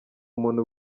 umuntu